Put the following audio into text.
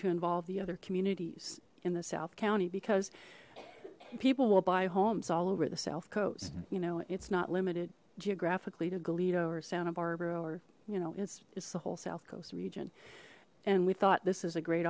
to involve the other communities in the south county because people will buy homes all over the south coast you know it's not limited geographically to gallito or santa barbara or you know it's it's the whole south coast region and we thought this is a great